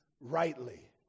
rightly